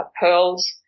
pearls